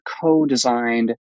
co-designed